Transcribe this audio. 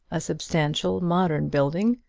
a substantial modern building,